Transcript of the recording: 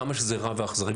כמה שזה רע ואכזרי.